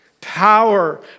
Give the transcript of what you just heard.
power